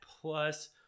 plus